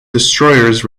destroyers